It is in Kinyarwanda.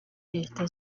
leta